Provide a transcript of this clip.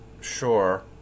sure